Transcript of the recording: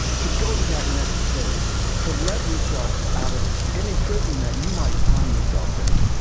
to go to that next place, to let yourself out of any prison that you might find yourself in,